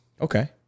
Okay